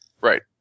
Right